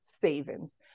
savings